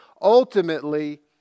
ultimately